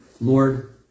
Lord